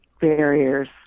barriers